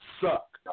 suck